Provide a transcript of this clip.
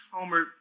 Homer